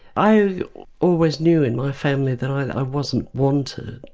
i always knew in my family that i wasn't wanted.